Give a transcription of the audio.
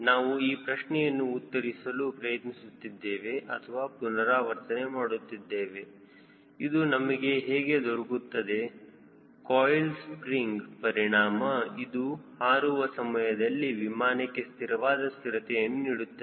ನಾವು ಆ ಪ್ರಶ್ನೆಯನ್ನು ಉತ್ತರಿಸಲು ಪ್ರಯತ್ನಿಸುತ್ತಿದ್ದೇವೆ ಅಥವಾ ಪುನರಾವರ್ತನೆ ಮಾಡುತ್ತಿದ್ದೇವೆ ಇದು ನಮಗೆ ಹೇಗೆ ದೊರಕುತ್ತದೆ ಕೊಯಿಲ್ ಸ್ಪ್ರಿಂಗ್ ಪರಿಣಾಮ ಇದು ಹಾರುವ ಸಮಯದಲ್ಲಿ ವಿಮಾನಕ್ಕೆ ಸ್ಥಿರವಾದ ಸ್ಥಿರತೆಯನ್ನು ನೀಡುತ್ತದೆ